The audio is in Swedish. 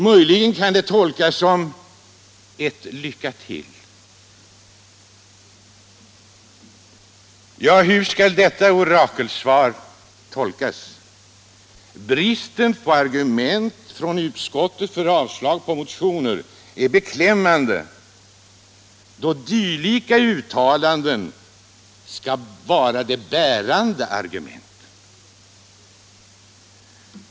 Möjligen kan det tolkas som ett ”lycka till”. Hur skall detta orakelsvar tolkas? Bristen på argument från utskottet för avslag på motioner är beklämmande då dylika undantag anförs som de bärande argumenten.